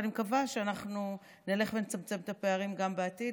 ואני מקווה שאנחנו נלך ונצמצם את הפערים גם בעתיד.